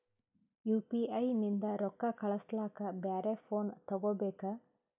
UPI ನಿಂದ ರೊಕ್ಕ ಕಳಸ್ಲಕ ಬ್ಯಾರೆ ಫೋನ ತೋಗೊಬೇಕ?